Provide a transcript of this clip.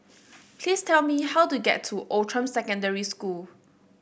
please tell me how to get to Outram Secondary School